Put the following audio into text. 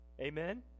Amen